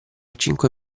cinque